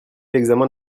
l’examen